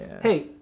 Hey